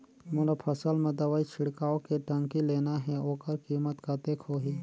मोला फसल मां दवाई छिड़काव के टंकी लेना हे ओकर कीमत कतेक होही?